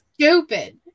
stupid